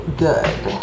good